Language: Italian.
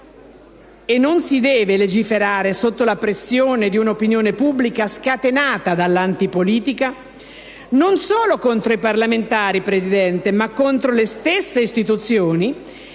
e non si deve legiferare sotto la pressione di una opinione pubblica scatenata dall'antipolitica, non solo contro i parlamentari, signor Presidente, ma contro le stesse istituzioni,